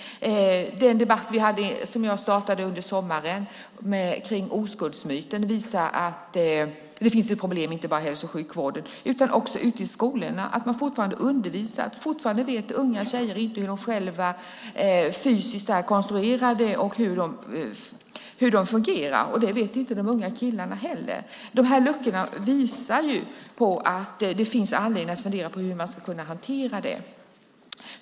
Den debatt jag startade under sommaren om oskuldsmyten visar att det finns problem inte bara i hälso och sjukvården utan också ute i skolorna. Unga tjejer vet fortfarande inte hur de själva är konstruerade fysiskt och hur de fungerar. Det vet inte de unga killarna heller. Luckorna visar att det finns anledning att fundera på hur man ska kunna hantera det.